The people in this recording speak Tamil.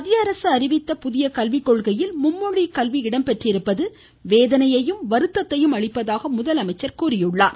மத்திய அரசு அறிவித்த புதிய கல்விக்கொள்கையில் மும்மொழி கல்வி இடம்பெற்றிருப்பது வேதனையையும் வருத்தத்தையும் அளிப்பதாக முதலமைச்சர் கூறியுள்ளார்